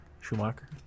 Schumacher